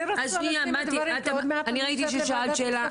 קוראים לי ילנה דיוואיין, אני נפגעת גילוי עריות.